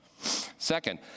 Second